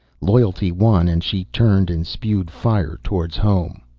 loyalty won and she turned and spewed fire towards home.